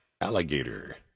alligator